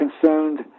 concerned